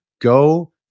go